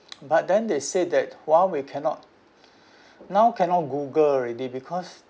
but then they say that Huawei cannot now cannot Google already because